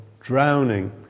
drowning